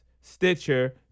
Stitcher